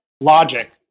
logic